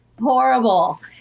horrible